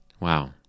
Wow